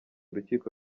urukiko